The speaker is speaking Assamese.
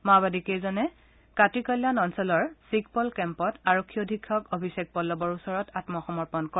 মাওবাদীকেইজনে কাটিকল্যাণ অঞ্চলৰ ছিকপল কেম্পত আৰক্ষী অধীক্ষক অভিষেক পল্লৱৰ ওচৰত আত্মসমৰ্পণ কৰে